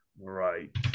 right